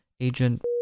Agent